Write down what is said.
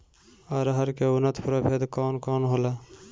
अरहर के उन्नत प्रभेद कौन कौनहोला?